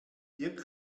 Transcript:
dirk